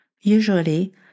Usually